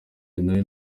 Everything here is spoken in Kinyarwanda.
nawe